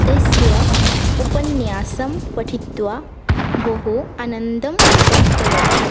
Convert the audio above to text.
तेस्य उपन्यासं पठित्वा बहु आनन्दं प्राप्तवती